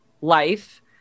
life